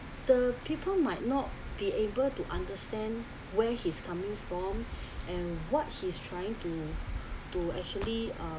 the people might not be able to understand where he's coming from and what he's trying to to actually uh